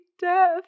death